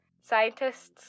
scientists